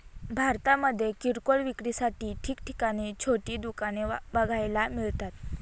भारतामध्ये किरकोळ विक्रीसाठी ठिकठिकाणी छोटी दुकाने बघायला मिळतात